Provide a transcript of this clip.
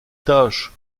tâche